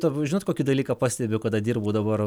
turbūt žinot kokį dalyką pastebiu kada dirbu dabar